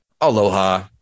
Aloha